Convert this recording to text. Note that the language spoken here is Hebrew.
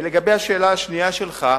לגבי השאלה השנייה שלך.